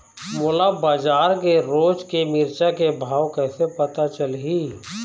मोला बजार के रोज के मिरचा के भाव कइसे पता चलही?